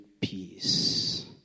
peace